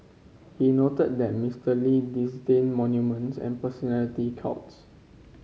he noted that Mister Lee disdained monuments and personality cults